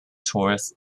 tourist